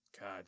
God